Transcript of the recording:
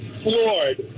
floored